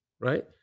Right